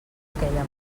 aquella